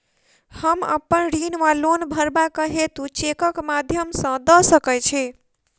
हम अप्पन ऋण वा लोन भरबाक हेतु चेकक माध्यम सँ दऽ सकै छी?